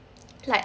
like